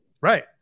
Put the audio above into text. Right